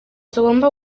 tugomba